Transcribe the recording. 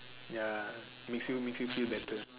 ya makes you makes you feel better